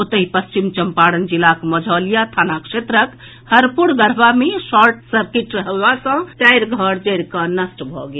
ओतहि पश्चिम चंपारण जिलाक मंझौलिया थाना क्षेत्रक हरपुर गढ़वा मे शॉर्ट सर्किट होयबा सॅ चारि घर जरि कऽ नष्ट भऽ गेल